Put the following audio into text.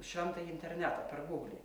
šventąjį internetą per gūglį